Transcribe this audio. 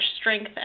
strength